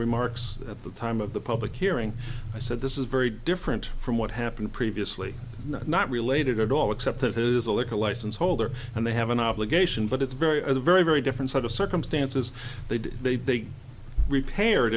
remarks at the time of the public hearing i said this is very different from what happened previously not related at all except that his own a license holder and they have an obligation but it's very very very different set of circumstances they did they they repair